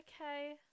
Okay